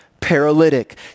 paralytic